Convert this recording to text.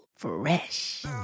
fresh